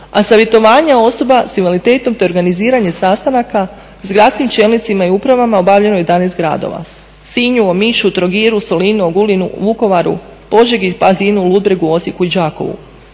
a savjetovanje osoba s invaliditetom te organiziranje sastanaka s gradskim čelnicima i upravama obavljeno je u 11 gradova: Sinju, Omišu, Trogiru, Solinu, Ogulinu, Vukovaru, Požegi, Pazinu, Ludbregu, Osijeku i Đakovu.